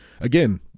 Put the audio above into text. again